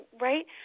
right